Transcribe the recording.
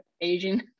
Asian